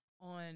on